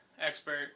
expert